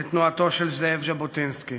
לתנועתו של זאב ז'בוטינסקי.